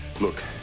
Look